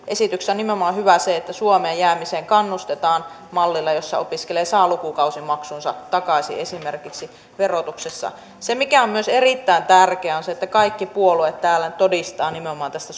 esityksessä on hyvää nimenomaan se että suomeen jäämiseen kannustetaan mallilla jossa opiskelija saa lukukausimaksunsa takaisin esimerkiksi verotuksessa se mikä on myös erittäin tärkeää on se että kaikki puolueet täällä todistavat nimenomaan tästä